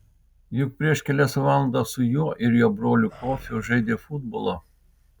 juk prieš kelias valandas su juo ir jo broliu kofiu žaidė futbolą